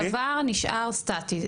תקציב שעבר נשאר סטטי.